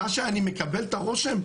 מה שאני מקבל את הרושם,